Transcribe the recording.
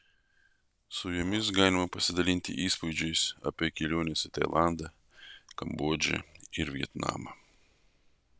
su jomis galima pasidalinti įspūdžiais apie keliones į tailandą kambodžą ir vietnamą